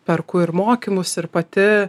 perku ir mokymus ir pati